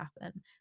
happen